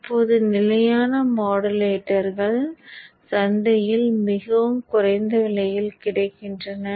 இப்போது நிலையான மாடுலேட்டர்கள் சந்தையில் மிகவும் குறைந்த விலையில் கிடைக்கின்றன